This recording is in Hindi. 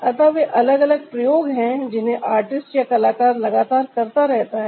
अतः वे अलग अलग प्रयोग है जिन्हें आर्टिस्ट या कलाकार लगातार करता रहता है